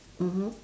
mmhmm